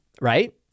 right